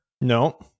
No